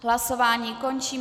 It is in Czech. Hlasování končím.